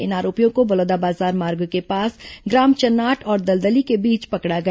इन आरोपियों को बलौदाबाजार मार्ग के पास ग्राम चनाट और दलदली के बीच पकड़ा गया